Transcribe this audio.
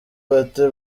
bate